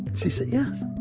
she said, yes